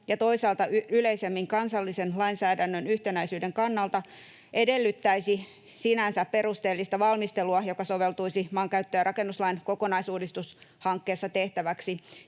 ja toisaalta yleisemmin kansallisen lainsäädännön yhtenäisyyden kannalta edellyttäisi sinänsä perusteellista valmistelua, joka soveltuisi maankäyttö- ja rakennuslain kokonaisuudistushankkeessa tehtäväksi.